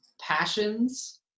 passions